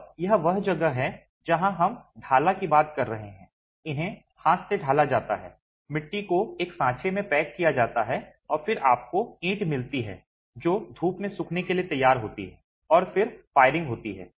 और यह वह जगह है जहाँ हम ढाला की बात कर रहे हैं इन्हें हाथ से ढाला जाता है मिट्टी को एक सांचे में पैक किया जाता है और फिर आपको ईंट मिलती है जो धूप में सूखने के लिए तैयार होती है और फिर फायरिंग होती है